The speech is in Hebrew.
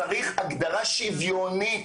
צריך הגדרה שוויונית.